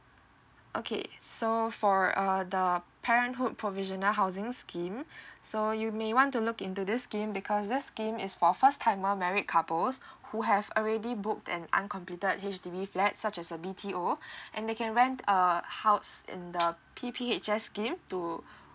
okay so for uh the parenthood provisional housing scheme so you may want to look into this scheme because this scheme is for first timer married couples who have already booked an uncompleted H_D_B flat such as a B_T_O and they can rent a house in the P_P_H_S scheme to